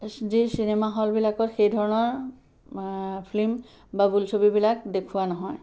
যি চিনেমা হলবিলাকত সেইধৰণৰ ফ্লিম বা বোলছবিবিলাক দেখুওৱা নহয়